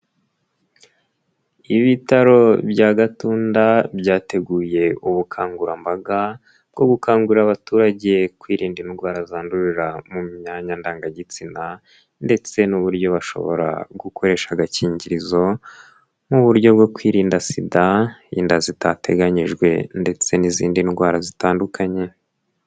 Ibitaro bya Gatunda byateguye ubukangurambaga bwo gukangurira abaturage kwirinda indwara zandurira mu myanya ndangagitsina ndetse n'uburyo bashobora gukoresha agakingirizo nk'uburyo bwo kwirinda sida, inda zitateganyijwe ndetse n'izindi ndwara zitandukanye.